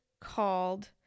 called